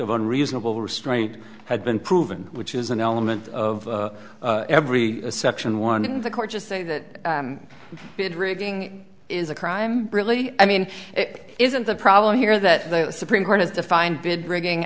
of unreasonable restraint had been proven which is an element of every section one in the court just say that it rigging is a crime really i mean it isn't the problem here that the supreme court has defined bid rigging